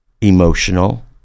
emotional